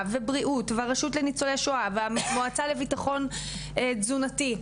ובריאות והרשות לניצולי שואה והמועצה לביטחון תזונתי,